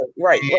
right